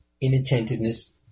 inattentiveness